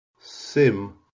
sim